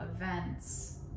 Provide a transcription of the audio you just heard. events